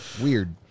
Weird